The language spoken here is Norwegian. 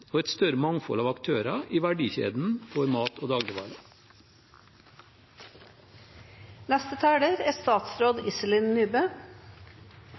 og et større mangfold av aktører i verdikjeden for mat og